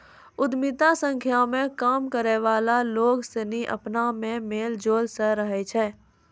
उद्यमिता संस्था मे काम करै वाला लोग सनी अपना मे मेल जोल से रहै छै